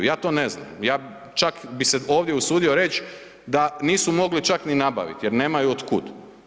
Ja to ne znam, ja čak bi se ovdje usudio reć da nisu mogli čak ni nabavit jer nemaju otkud.